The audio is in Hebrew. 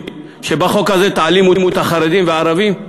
שבחוק הזה תעלימו את החרדים והערבים?